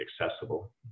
accessible